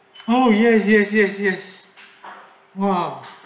oh yes yes yes yes !whoa!